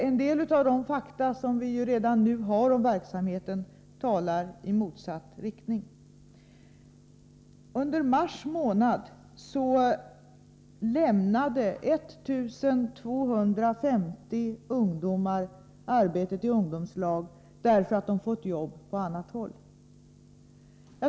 En del av de fakta som vi redan nu har om verksamheten talar i motsatt riktning. Under mars månad lämnade 1 250 ungdomar arbetet i ungdomslagen, därför att de hade fått jobb på annat håll.